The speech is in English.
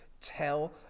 tell